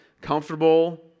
comfortable